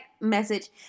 message